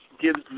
gives